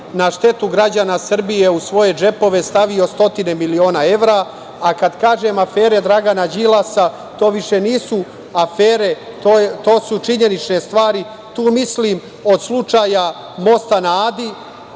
na štetu građana Srbije u svoje džepove stavio stotine miliona evra, a kada kažem afere Dragana Đilasa, to više nisu afere, to su činjenične stvari. Tu mislim od slučaja mosta na Adi,